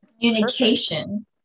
Communication